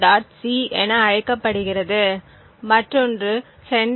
c என அழைக்கப்படுகிறது மற்றொன்று sender